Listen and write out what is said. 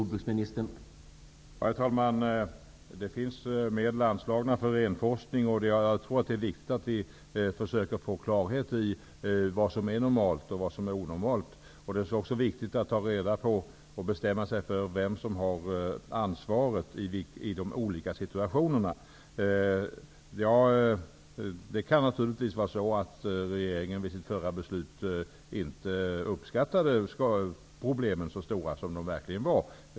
Herr talman! Det finns medel anslagna för renforskning. Det är viktigt att vi försöker få klarhet i vad som är normalt resp. onormalt. Det är också viktigt att ta reda på och bestämma sig för vem som har ansvaret i de olika situationerna. Det kan naturligtvis vara så att regeringen, när den fattade sitt förra beslut, inte uppskattade att problemen var så stora som de verkligen var.